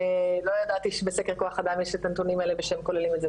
לא ידעתי שבסקר כוח אדם יש את הנתונים האלה והם כוללים את זה,